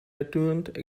returned